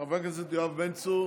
חבר הכנסת יואב בן צור,